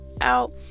out